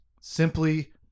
Simply